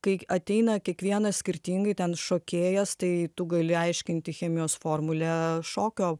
kai ateina kiekvienas skirtingai ten šokėjas tai tu gali aiškinti chemijos formulę šokio